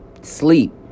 sleep